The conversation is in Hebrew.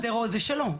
שדרות זה שלו.